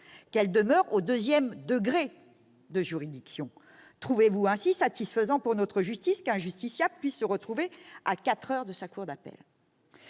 qu'elle demeure au deuxième degré de juridiction. Trouvez-vous satisfaisant pour notre justice qu'un justiciable puisse se retrouver à quatre heures de sa cour d'appel ?